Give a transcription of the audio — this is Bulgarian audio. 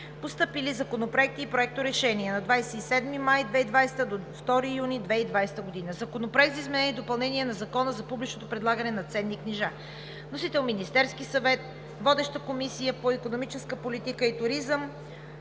Постъпили законопроекти и проекти за решения от 27 май до 2 юни 2020 г.: Законопроект за изменение и допълнение на Закона за публичното предлагане на ценни книжа. Вносител – Министерският съвет. Водеща е Комисията по икономическа политика и туризъм,